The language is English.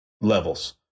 levels